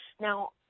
Now